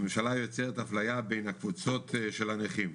הממשלה יוצרת אפליה בין הקבוצות של הנכים,